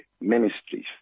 ministries